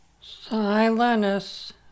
Silenus